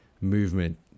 movement